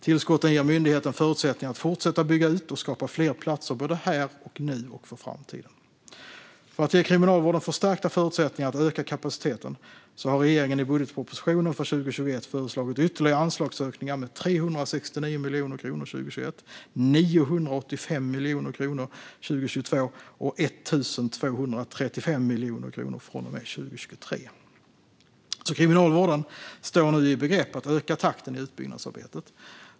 Tillskotten ger myndigheten förutsättningar att fortsätta bygga ut och skapa fler platser både här och nu och för framtiden. För att ge Kriminalvården förstärkta förutsättningar att öka kapaciteten har regeringen i budgetpropositionen för 2021 föreslagit ytterligare anslagsökningar med 369 miljoner kronor 2021, 985 miljoner kronor 2022 och 1 235 miljoner kronor från och med 2023. Kriminalvården står nu i begrepp att öka takten i utbyggnadsarbetet.